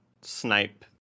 snipe